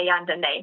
underneath